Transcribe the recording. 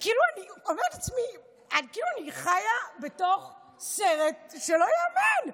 אני אומרת לעצמי שכאילו אני חיה בסרט שלא ייאמן.